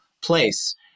place